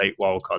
wildcard